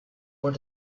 was